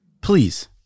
please